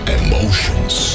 emotions